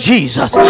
Jesus